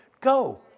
Go